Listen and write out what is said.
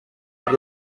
per